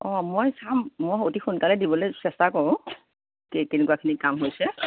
অঁ মই খাম মই অতি সোনকালে দিবলৈ চেষ্টা কৰোঁ কেনেকুৱাখিনি কাম হৈছে